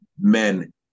men